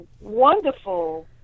wonderful